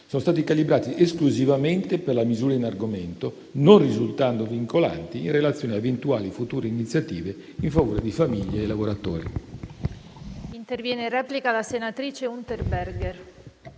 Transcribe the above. sono stati calibrati esclusivamente per la misura in argomento, non risultando vincolanti in relazione a eventuali future iniziative in favore di famiglie e lavoratori.